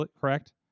Correct